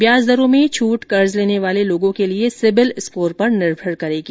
ब्याज दरों में छूट कर्ज लेने वाले लोगों के सिबिल स्कोर पर निर्भर करेगी